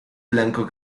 blanco